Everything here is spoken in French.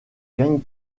gagne